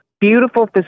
beautiful